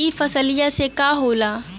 ई फसलिया से का होला?